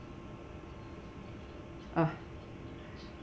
uh